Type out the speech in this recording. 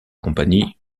compagnie